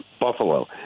Buffalo